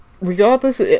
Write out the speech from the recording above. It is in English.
regardless